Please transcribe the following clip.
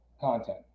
content